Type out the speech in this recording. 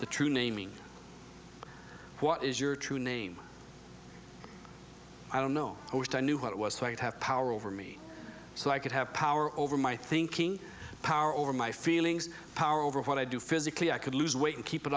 the true naming what is your true name i don't know i wish i knew what it was to have power over me so i could have power over my thinking power over my feelings power over what i do physically i could lose weight and keep it